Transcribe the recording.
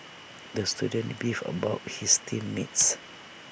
the student beefed about his team mates